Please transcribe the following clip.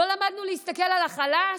לא למדנו להסתכל על החלש,